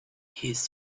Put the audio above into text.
his